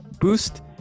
boost